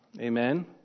Amen